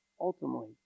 ultimately